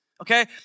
okay